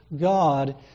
God